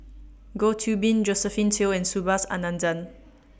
Goh Qiu Bin Josephine Teo and Subhas Anandan